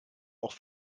auch